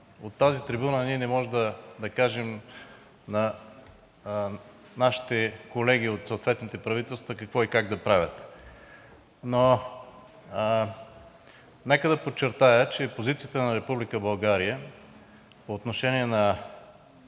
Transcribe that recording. от тази трибуна ние не можем да кажем на нашите колеги от съответните правителства какво и как да правят. Но нека да подчертая, че позицията на Република